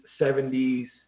70s